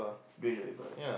during the paper